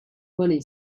money